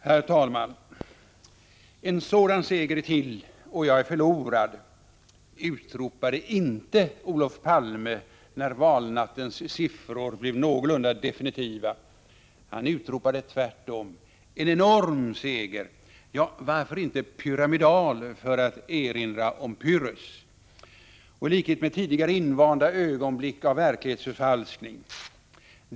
Herr talman! En sådan seger till och jag är förlorad, utropade inte Olof Palme när valnattens siffror blev någorlunda definitiva. Han utropade tvärtom: En enorm seger! Ja, varför inte pyramidal i likhet med tidigare invanda ögonblick av verklighetsförfalskning?